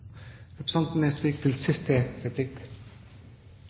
Representanten Harald T. Nesvik vil